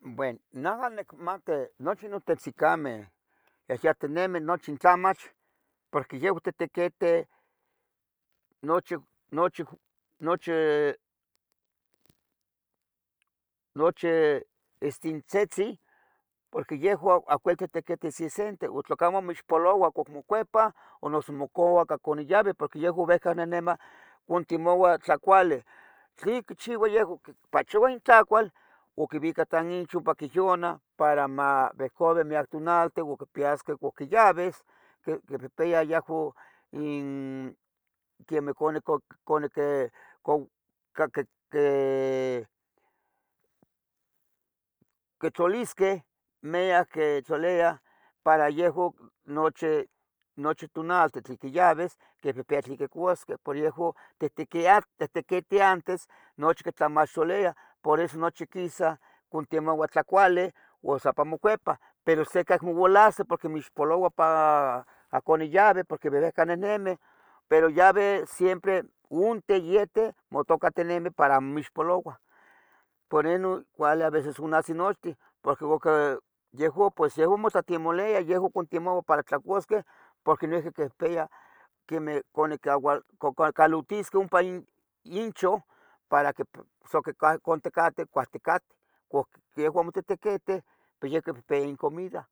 Bueno. Naja nicmate nochi notetzicameh ehyatinemih nochi in tlamach porque yeh quitequiteh nochi estintzitzen porque yehuan afuerza tiquitis insenteh uo tlacamo mixpolouah uno mocuepah o noso mocavah, canih yaueh porque yehuan contemouah tlacuali, ¿tlin quichiuah yehuan? Quipachouah intlacual o quivica tanchoquiviona para mauehcaua miyac tonalmeh uo quipiyasqueh cuac pohquiyavis quipiya canih quitlulisqueh miyac quitlaleyah para yehuan nochi tonalten tlen quiyauis quipihpiyah tlen quicuasqueh por yehuan tihtequitih antes nochi quitlamasoliah por eso nochi quisa contemouah tlacuali uan sa ic ompa mocuepah pero setacogolaseh porque mixpolouah ohcon inyaveh porqu uehca nihnemih, pero yaveh onten yeten motocatenemih para amo mixpolouah por enon cuali aveces onasinosquih pos yehuan motlatimoliah yehuan contemouah para tlacuasqueh porque noyiqui conpiyah quemeh cacalotisqueh ompa inchun para cateh quicuahticateh, cuac yehuan tequiteh quipeyah incomida,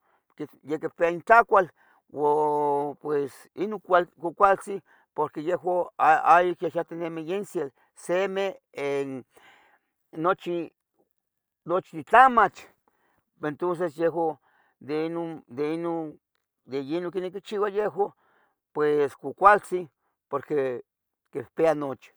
yeh quipeyah intlacual uo pues inon cuacualtzin porque yehuan ayic yahtenemih insel nochi tlamach entonces yayinon quichiuah yehuan pues cualcualtzin porque quipeyah nochi.